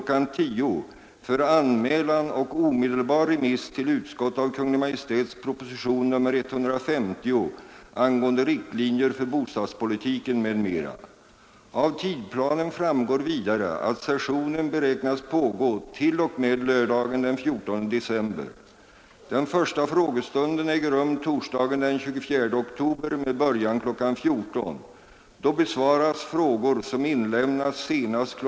10.00 för anmälan och omedelbar remiss till utskott av Kungl. Maj:ts proposition nr 150 angående riktlinjer för bostadspolitiken m.m. Av tidplanen framgår vidare att sessionen beräknas pågå t.o.m. lördagen den 14 december. Den första frågestunden äger rum torsdagen den 24 oktober med början kl. 14.00. Då besvaras frågor som inlämnas senast kl.